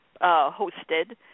hosted